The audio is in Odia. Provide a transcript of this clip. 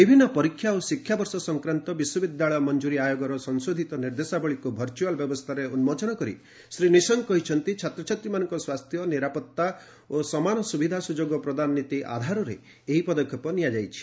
ବିଭିନ୍ନ ପରୀକ୍ଷା ଓ ଶିକ୍ଷାବର୍ଷ ସଂକ୍ରାନ୍ତ ବିଶ୍ୱବିଦ୍ୟାଳୟ ମଞ୍ଜୁରୀ ଆୟୋଗର ସଂଶୋଧିତ ନିର୍ଦ୍ଦେଶାବଳୀକୁ ଭର୍ଚୁଆଲ୍ ବ୍ୟବସ୍ଥାରେ ଉନ୍କୋଚନ କରି ଶ୍ରୀ ନିଶଙ୍କ କହିଛନ୍ତି ଛାତ୍ରଛାତ୍ରୀମାନଙ୍କ ସ୍ୱାସ୍ଥ୍ୟ ନିରାପତ୍ତା ଓ ସମାନ ସୁବିଧା ସୁଯୋଗ ପ୍ରଦାନ ନୀତି ଆଧାରରେ ଏହି ପଦକ୍ଷେପ ନିଆଯାଇଛି